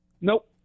Nope